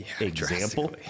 example